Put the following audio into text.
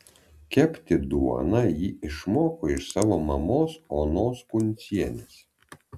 kepti duoną ji išmoko iš savo mamos onos kuncienės